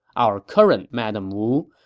our current madame wu,